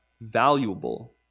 valuable